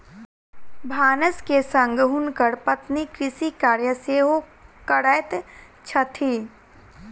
भानस के संग हुनकर पत्नी कृषि कार्य सेहो करैत छथि